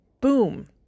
boom